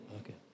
Okay